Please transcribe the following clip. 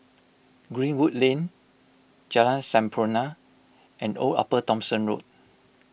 Greenwood Lane Jalan Sampurna and Old Upper Thomson Road